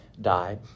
die